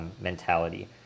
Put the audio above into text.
mentality